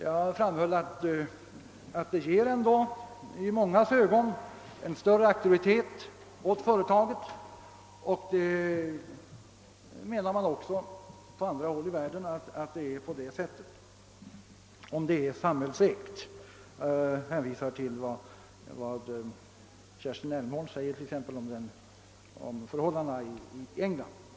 Jag framhöll gentemot detta att den omständigheten att företaget är samhällsägt ändå i mångas ögon ger det en större auktoritet, och man menar också på andra håll i världen att så är fallet. Jag hänvisar t.ex. till vad Kerstin Elmhorn uttalar om förhållandena i England.